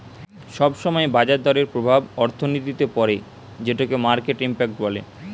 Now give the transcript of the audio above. সব সময় বাজার দরের প্রভাব অর্থনীতিতে পড়ে যেটোকে মার্কেট ইমপ্যাক্ট বলে